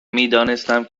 میدانستم